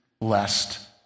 lest